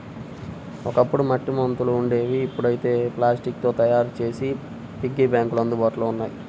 ఒకప్పుడు మట్టి ముంతలు ఉండేవి ఇప్పుడైతే ప్లాస్టిక్ తో తయ్యారు చేసిన పిగ్గీ బ్యాంకులు అందుబాటులో ఉన్నాయి